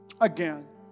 again